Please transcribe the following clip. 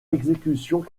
exécutions